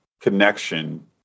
connection